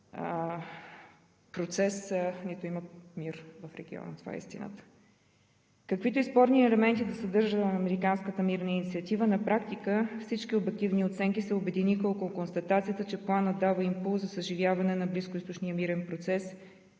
процес, нито има мир в региона – това е истината. Каквито и спорни елементи да съдържа американската мирна инициатива, на практика всички обективни оценки се обединиха около констатацията, че планът дава импулс за съживяване на близкоизточния мирен процес